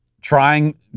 Trying